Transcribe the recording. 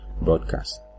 broadcast